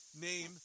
name